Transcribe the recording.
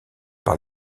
par